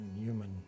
human